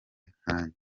nkanjye